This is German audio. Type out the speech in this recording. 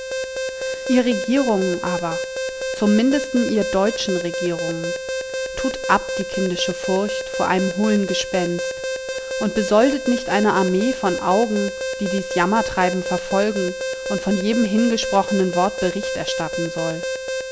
ihr regierungen aber zum mindesten ihr deutschen regierungen tut ab die kindische furcht vor einem hohlen gespenst und besoldet nicht eine armee von augen die dies jammertreiben verfolgen und von jedem hingesprochnen wort bericht erstatten soll